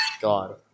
God